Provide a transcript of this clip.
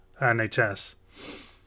NHS